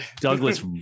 Douglas